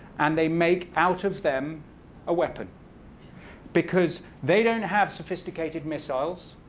and they make out of them a weapon because they don't have sophisticated missiles.